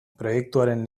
proiektuaren